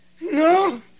no